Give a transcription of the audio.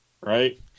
right